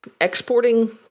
exporting